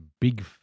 Big